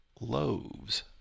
loaves